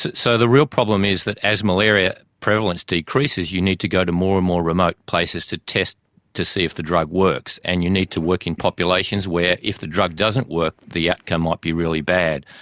so the real problem is that as malaria prevalence decreases you need to go to more and more remote places to test to see if the drug works, and you need to work in populations where if the drug doesn't work the outcome might be really bad.